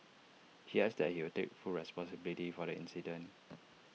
he adds that he will takes full responsibility for the incident